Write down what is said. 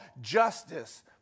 justice